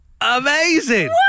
Amazing